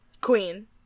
Queen